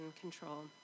control